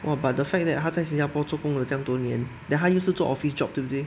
!wah! but the fact that 他在新加坡做工了这样多年 then 他又是做 office job 对不对